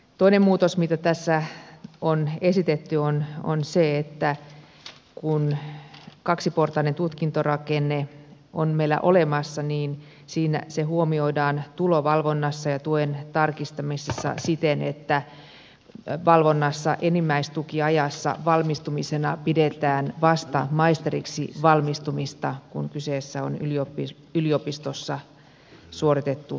toinen muutos mitä tässä on esitetty on se että kun kaksiportainen tutkintorakenne on meillä olemassa niin se huomioidaan tulovalvonnassa ja tuen tarkistamisessa siten että valvonnassa enimmäistukiajassa valmistumisena pidetään vasta maisteriksi valmistumista kun kyseessä on yliopistossa suoritettu tutkinto